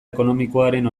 ekonomikoaren